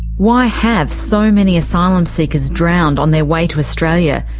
why have so many asylum seekers drowned on their way to australia,